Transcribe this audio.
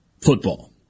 football